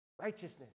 Righteousness